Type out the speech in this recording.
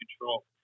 control